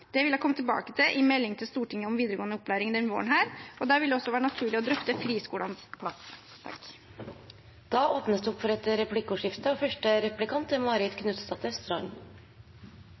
Det vil jeg komme tilbake til i melding til Stortinget om videregående opplæring denne våren, og da vil det også være naturlig å drøfte friskolenes plass. Det blir replikkordskifte. Jeg må først takke statsråden for